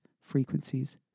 frequencies